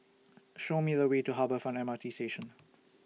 Show Me The Way to Harbour Front M R T Station